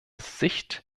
sicht